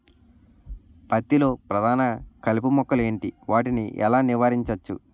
పత్తి లో ప్రధాన కలుపు మొక్కలు ఎంటి? వాటిని ఎలా నీవారించచ్చు?